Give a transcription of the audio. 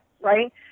right